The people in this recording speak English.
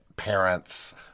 parents